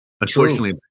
Unfortunately